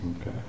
Okay